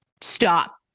stop